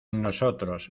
nosotros